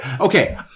Okay